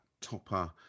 topper